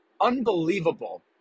unbelievable